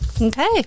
Okay